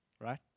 Right